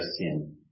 sin